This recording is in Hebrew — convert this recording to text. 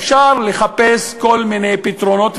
אפשר לחפש כל מיני פתרונות,